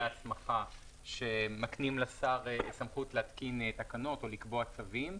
ההסמכה שמקנים לשר סמכות להתקין תקנות או לקבוע צווים,